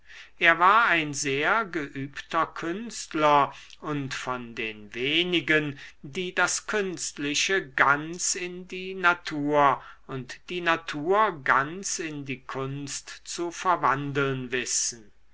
er war ein sehr geübter künstler und von den wenigen die das künstliche ganz in die natur und die natur ganz in die kunst zu verwandeln wissen